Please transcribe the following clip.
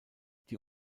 die